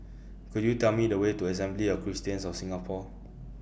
Could YOU Tell Me The Way to Assembly of Christians of Singapore